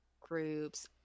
groups